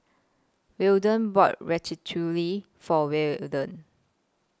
Weldon bought Ratatouille For Well A den